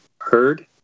heard